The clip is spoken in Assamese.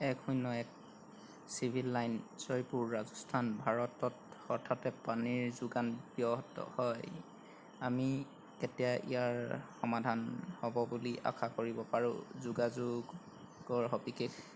এক শূন্য এক চিভিল লাইন্স জয়পুৰ ৰাজস্থান ভাৰতত হঠাতে পানীৰ যোগান ব্যাহত হয় আমি কেতিয়া ইয়াৰ সমাধান হ'ব বুলি আশা কৰিব পাৰোঁ মোৰ যোগাযোগৰ সবিশেষ